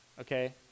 okay